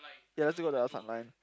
yeah let's go the other timeline